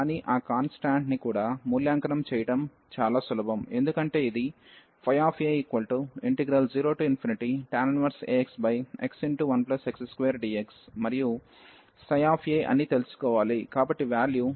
కానీ ఆ కాన్స్టాంట్ ని కూడా మూల్యాంకనం చేయడం చాలా సులభం ఎందుకంటే ఇది a0tan 1axx1x2dxమరియు a అని తెలుసుకోవాలి కాబట్టి వాల్యూ 00